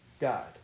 God